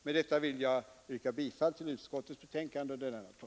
Med dessa ord ber jag att få yrka bifall till utskottets hemställan under punkten 1.